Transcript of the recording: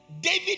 David